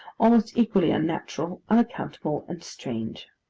almost equally unnatural, unaccountable, and strange.